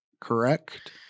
correct